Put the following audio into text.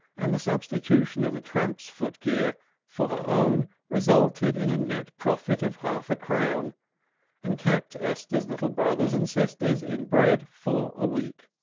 and the substitution, of the tramp's foot-gear for her own resulted in a net profit of half-a-crown, and kept esther's little brothers and sisters in bread for a week.